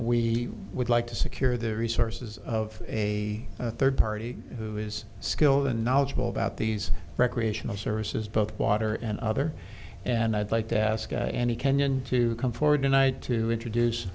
we would like to secure the resources of a a third party who is skilled and knowledgeable about these recreational services both water and other and i'd like to ask any kenyan to come forward tonight to introduce